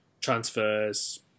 transfers